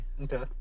Okay